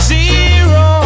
Zero